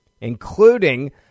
including